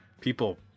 People